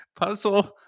Puzzle